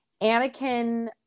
Anakin